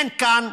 אין כאן